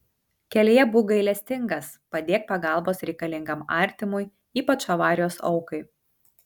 kelyje būk gailestingas padėk pagalbos reikalingam artimui ypač avarijos aukai